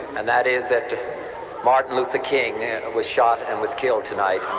and that is that martin luther king was shot and was killed tonight